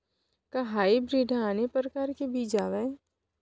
का हाइब्रिड हा आने परकार के बीज आवय?